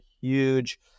huge